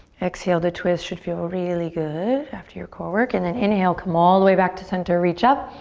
exhale to twist, should feel really good after your core work and then inhale, come all the way back to center, reach up.